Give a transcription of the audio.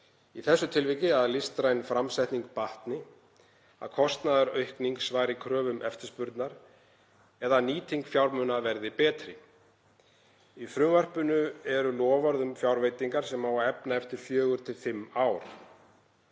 Í þessu tilviki að listræn framsetning batni, að kostnaðaraukning svari kröfum eftirspurnar eða að nýting fjármuna verði betri. Í frumvarpinu eru loforð um fjárveitingar sem á að efna eftir 4–5 ár.